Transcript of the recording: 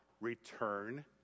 Return